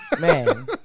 Man